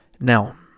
Now